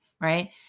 right